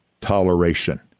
toleration